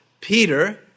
Peter